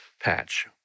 patch